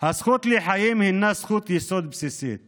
הזכות לחיים הינה זכות יסוד בסיסית